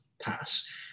pass